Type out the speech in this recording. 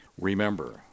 Remember